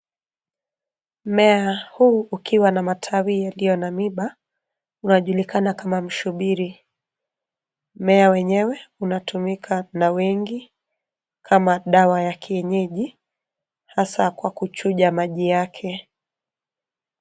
Mmea huu ukiwa na matawi yaliyo na miba unajuika kama mshubiri. Mmea wenyewe unatumika na wengi kama dawa ya kienyeji hasa kwa chuja maji yake.